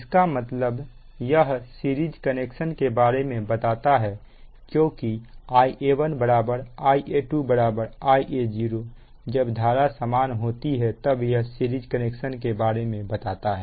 इसका मतलब series connection के बारे में बताता है क्योंकि Ia1 Ia2 Ia0 जब धारा समान होती है तब यह सीरीज कनेक्शन के बारे में बताता है